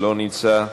לא נמצא.